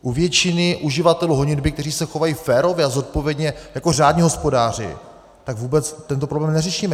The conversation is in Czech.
U většiny uživatel honitby, kteří se chovají férově a zodpovědně jako řádní hospodáři, vůbec tento problém neřešíme.